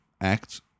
act